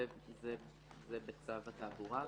זה בצו התעבורה.